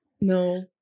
no